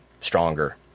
stronger